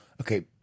Okay